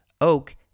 oak